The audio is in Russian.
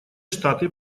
штаты